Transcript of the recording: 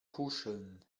kuscheln